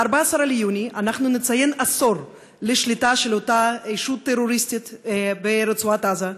ב-14 ביוני אנחנו נציין עשור לשליטה של אותה ישות טרוריסטית ברצועת עזה.